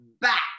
back